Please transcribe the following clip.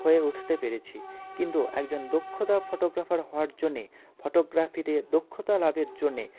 হয়ে উঠতে পেরেছি কিন্তু একজন দক্ষতা ফটোগ্রাফার হওয়ার জন্যে ফটোগ্রাফিতে দক্ষতা লাভের জন্যে